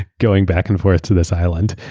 going back and forth to this island.